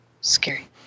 scary